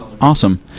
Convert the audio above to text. Awesome